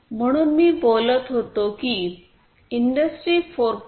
म्हणून मी बोलत होतो की इंडस्ट्री 4